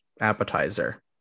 appetizer